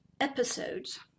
episodes